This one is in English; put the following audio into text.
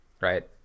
right